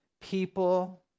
people